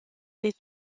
les